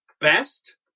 best